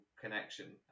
connection